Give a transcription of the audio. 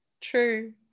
True